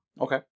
Okay